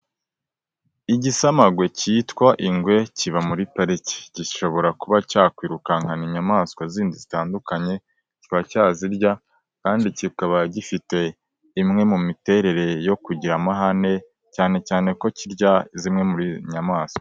Igisamagwe cyitwa ingwe kiba muri pariki gishobora kuba cyakwirukankana inyamaswa zindi zitandukanye ,ziracyazirya kandi kikaba gifite imwe mu miterere yo kugira amahane cyane cyane ko kirya zimwe mu nyamaswa.